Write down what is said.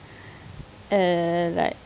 uh like